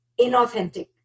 inauthentic